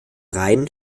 reinen